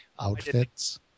Outfits